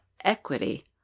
equity